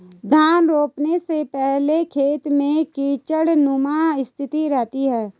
धान रोपने के पहले खेत में कीचड़नुमा स्थिति रहती है